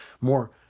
more